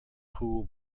cool